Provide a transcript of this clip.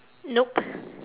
nope